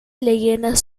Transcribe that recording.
leyendas